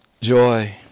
joy